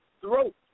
throat